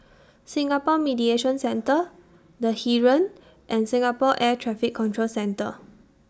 Singapore Mediation Centre The Heeren and Singapore Air Traffic Control Centre